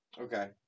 Okay